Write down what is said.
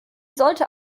sollte